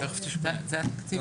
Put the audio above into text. תכף תשמעי.